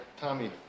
Tommy